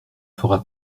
fera